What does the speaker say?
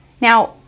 Now